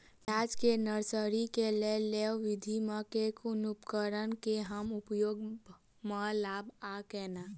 प्याज केँ नर्सरी केँ लेल लेव विधि म केँ कुन उपकरण केँ हम उपयोग म लाब आ केना?